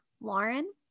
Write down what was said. Lauren